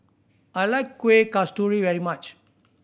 I like Kueh Kasturi very much